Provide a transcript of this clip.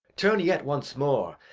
turn yet once more,